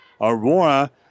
Aurora